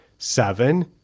Seven